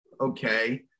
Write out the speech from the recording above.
okay